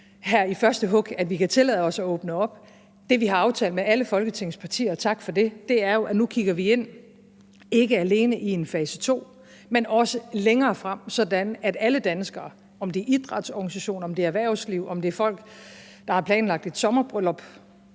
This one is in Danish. her i første hug, at vi kan tillade os at åbne op. Det, vi har aftalt med alle Folketingets partier – og tak for det – er jo, at vi nu ikke alene kigger ind i en fase to, men også længere frem, sådan at alle danskere, om det er idrætsorganisationer; om det er erhvervsliv; eller om det er folk, der har planlagt et sommerbryllup,